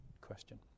question